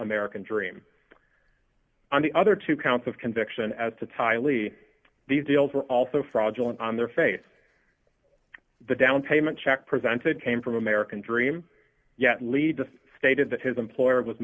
american dream on the other two counts of conviction as to tiley these deals were also fraudulent on their face the down payment check presented came from american dream yet lead to stated that his employer was